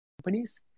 companies